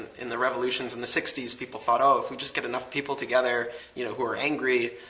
in the revolutions in the sixty s, people thought, oh, if we just get enough people together you know who are angry,